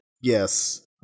Yes